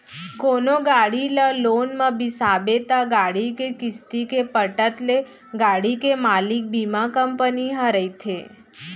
कोनो गाड़ी ल लोन म बिसाबे त गाड़ी के किस्ती के पटत ले गाड़ी के मालिक बीमा कंपनी ह रहिथे